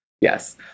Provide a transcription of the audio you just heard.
Yes